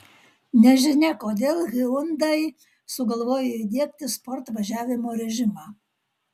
nežinia kodėl hyundai sugalvojo įdiegti sport važiavimo režimą